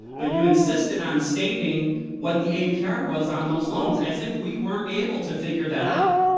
but you insisted on stating what the apr was on those loans, as if we weren't able to figure that out.